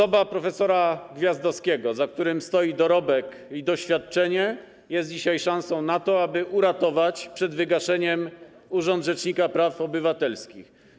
Kandydatura prof. Gwiazdowskiego, za którym stoi dorobek i doświadczenie, jest dzisiaj szansą na to, aby uratować przed wygaszeniem urząd rzecznika praw obywatelskich.